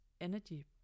energy